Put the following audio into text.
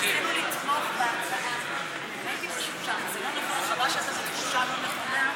רצינו לתמוך בהצעה, חבל שאתה בתחושה לא נכונה.